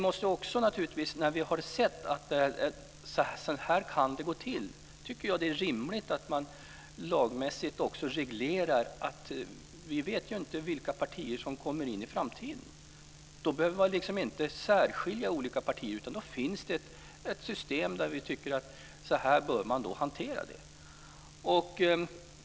Men när vi har sett hur det kan gå till tycker jag att det är rimligt att man inför en lagmässig reglering. Vi vet ju inte vilka partier som kommer in i riksdagen i framtiden. På det sättet behöver man inte särskilja olika partier, utan då finns det ett system för hur det hela ska hanteras.